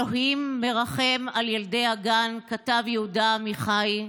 אלוהים מרחם על ילדי הגן, כתב יהודה עמיחי.